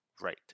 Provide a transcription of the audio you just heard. Right